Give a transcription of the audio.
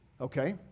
okay